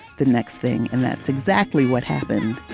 the next thing and that's exactly what happened